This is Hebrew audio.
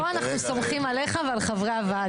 פה אנחנו סומכים עליך ועל חברי הוועדה.